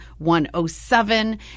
107